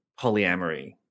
polyamory